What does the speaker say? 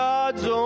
God's